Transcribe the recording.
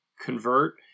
convert